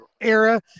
era